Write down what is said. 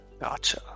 Gotcha